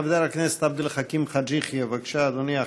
חבר הכנסת עבד אל חכים חאג' יחיא, בבקשה, אדוני.